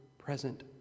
present